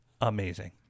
Amazing